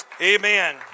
Amen